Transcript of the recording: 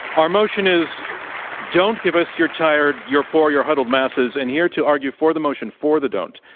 our motion is don't give us your tired, your poor, your huddled masses. and here to argue for the motion, for the don't,